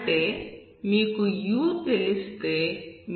అంటే మీకు u తెలిస్తే మీరు y ని కనుగొనవచ్చు